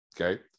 Okay